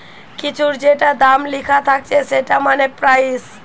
কিছুর যেটা দাম লিখা থাকছে সেটা মানে প্রাইস